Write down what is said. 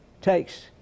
takes